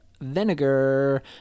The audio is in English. vinegar